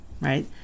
right